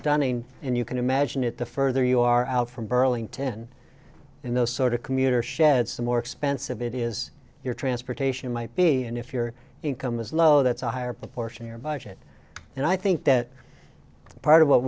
stunning and you can imagine it the further you are out from burlington in those sort of commuter shed some more expensive it is your transportation might be and if your income is low that's a higher proportion your budget and i think that part of what